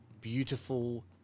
beautiful